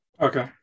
Okay